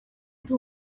ndi